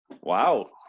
Wow